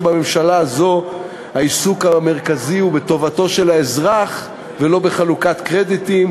בממשלה הזאת העיסוק המרכזי הוא בטובתו של האזרח ולא בחלוקת קרדיטים.